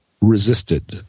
resisted